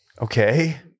Okay